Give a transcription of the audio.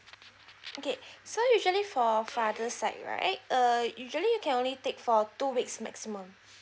okay so usually for father's side right uh usually you can only take for two weeks maximum